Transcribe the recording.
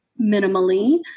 minimally